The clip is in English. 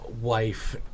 wife